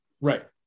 Right